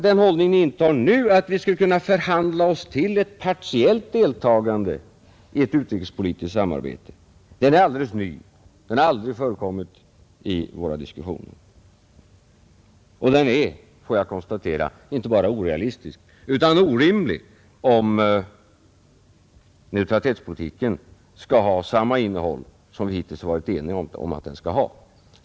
Den hållning Ni intar nu, att vi skulle kunna förhandla oss till ett partiellt deltagande i ett utrikespolitiskt samarbete, är alldeles ny, den har aldrig förekommit i våra diskussioner. Och den är, får jag konstatera, inte bara orealistisk utan orimlig, om neutralitetspolitiken skall ha samma innehåll som vi hittills har varit eniga om att den skall ha.